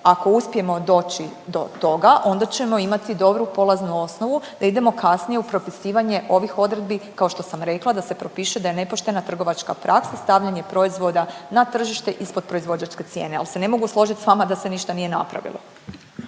Ako uspijemo doći do toga onda ćemo imati dobru polaznu osnovu da idemo kasnije u propisivanje ovih odredbi, kao što sam rekla, da se propiše da je nepoštena trgovačka praksa stavljanje proizvoda na tržište ispod proizvođačke cijene, al se ne mogu složit s vama da se ništa nije napravilo.